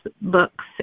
books